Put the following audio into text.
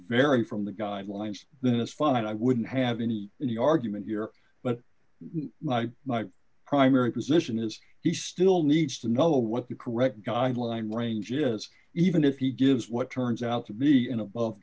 vary from the guidelines then it's fine i wouldn't have any any argument here but my my primary position is he still needs to know what the correct guideline range is even if he gives what turns out to be